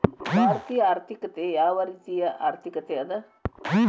ಭಾರತೇಯ ಆರ್ಥಿಕತೆ ಯಾವ ರೇತಿಯ ಆರ್ಥಿಕತೆ ಅದ?